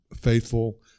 faithful